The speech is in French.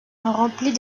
remplis